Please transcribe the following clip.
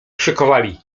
szykowali